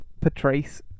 Patrice